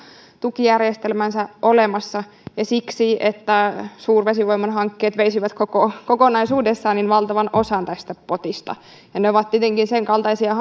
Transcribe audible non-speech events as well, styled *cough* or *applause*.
tukijärjestelmänsä olemassa ja siksi että suurvesivoiman hankkeet veisivät kokonaisuudessaan valtavan osan tästä potista ja ne ovat tietenkin senkaltaisia *unintelligible*